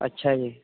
ਅੱਛਾ ਜੀ